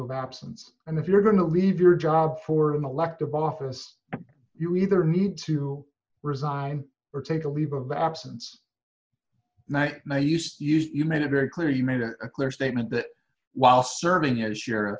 of absence and if you're going to leave your job for an elective office you either need to resign or take a leave of absence and i now use use you made it very clear you made a clear statement that while serving as